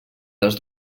les